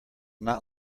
not